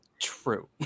true